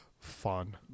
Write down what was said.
fun